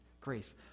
grace